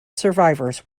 survivors